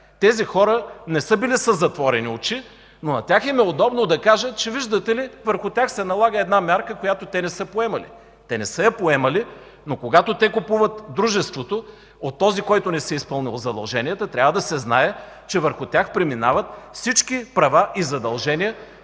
Тези хора не са били със затворени очи, но на тях им е удобно да кажат, че видите ли, върху тях се налага мярка, която те не са поемали. Те не са я поемали, но когато те купуват дружество от този, който не си е изпълнил задълженията, трябва да се знае, че върху тях преминават всички права и задължения,